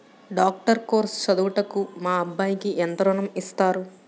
Doctor course చదువుటకు మా అబ్బాయికి ఎంత ఋణం ఇస్తారు?